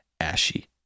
ashy